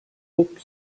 book